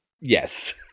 Yes